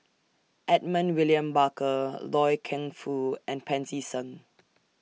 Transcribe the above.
Edmund William Barker Loy Keng Foo and Pancy Seng